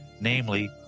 namely